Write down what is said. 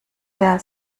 der